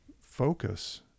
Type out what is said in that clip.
focus